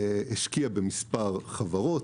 השקיע במספר חברות.